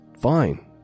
Fine